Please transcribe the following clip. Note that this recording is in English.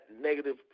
negative